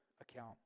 account